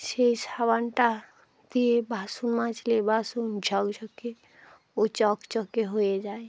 সেই সাবানটা দিয়ে বাসন মাজলে বাসন ঝকঝকে ও চকচকে হয়ে যায়